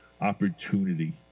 opportunity